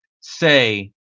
say